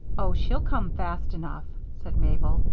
oh, she'll come fast enough, said mabel.